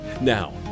Now